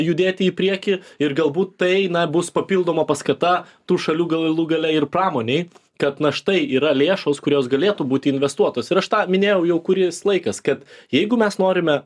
judėti į priekį ir galbūt tai bus papildoma paskata tų šalių galų gale ir pramonei kad na štai yra lėšos kurios galėtų būti investuotos ir aš tą minėjau jau kuris laikas kad jeigu mes norime